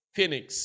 Phoenix